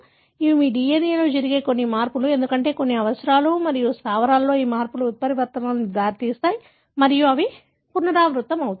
ఇవి మీ DNA లో జరిగే కొన్ని మార్పులు ఎందుకంటే కొన్ని అవసరాలు మరియు స్థావరాలలో ఈ మార్పులు ఉత్పరివర్తనాలకు దారితీస్తాయి మరియు అవి పునరావృతమవుతాయి